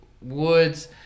woods